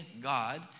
God